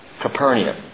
Capernaum